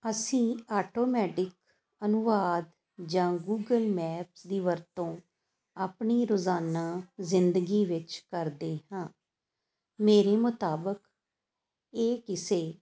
ਅਸੀਂ ਆਟੋਮੈਟਿਕ ਅਨੁਵਾਦ ਜਾਂ ਗੂਗਲ ਮੈਪਸ ਦੀ ਵਰਤੋਂ ਆਪਣੀ ਰੋਜ਼ਾਨਾ ਜ਼ਿੰਦਗੀ ਵਿੱਚ ਕਰਦੇ ਹਾਂ ਮੇਰੇ ਮੁਤਾਬਕ ਇਹ ਕਿਸੇ